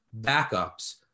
backups